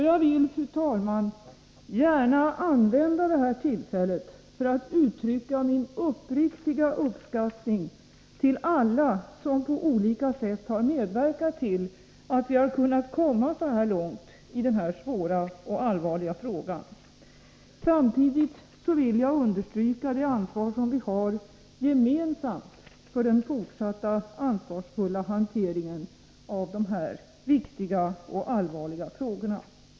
Jag vill, fru talman, gärna använda det här tillfället för att uttrycka min uppriktiga uppskattning av alla som på olika sätt har medverkat till att vi har kunnat komma så här långt i denna svåra och allvarliga fråga. Samtidigt vill jag understryka det ansvar som vi gemensamt har för den fortsatta ansvarsfulla hanteringen av de här viktiga och allvarliga frågorna.